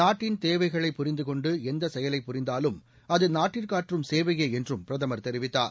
நாட்டின் தேவைகளை புரிந்து கொண்டு எந்த செயலை புரிந்தாலும் அது நாட்டிற்கு ஆற்றும் சேவையே என்றும் பிரதமர் தெரிவித்தார்